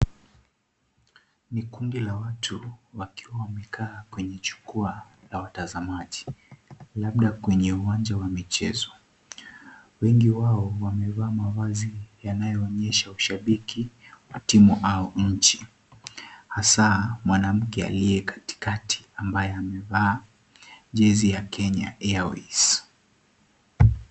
Ni kundi la watu wakiwa wamekaa kwenye jukwaa la watazamaji. Labda kwenye uwanja wa michezo. Wengi wao wamevaa mavazi yanayoonyesha ushabiki wa timu au nchi, hasa mwanamme aliye katikati ambaye amevaa jezi ya Kenya Airways .